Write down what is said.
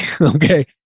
Okay